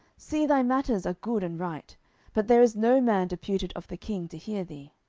see, thy matters are good and right but there is no man deputed of the king to hear thee.